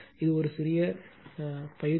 இது ஒரு சிறிய பயிற்சி